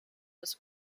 was